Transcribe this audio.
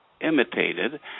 imitated